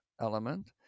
element